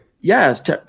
Yes